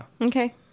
Okay